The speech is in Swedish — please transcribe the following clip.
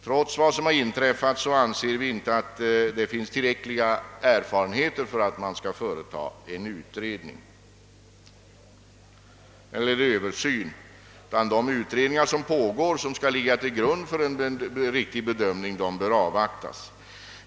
Trots vad som inträffat anser vi inte att tillräckliga erfarenheter ännu vunnits för att man skall vidta en översyn. De utredningar som pågår och som bör ligga till grund för en riktig bedömning bör avvaktas.